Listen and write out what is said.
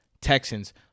Texans